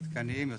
עדכניים יותר,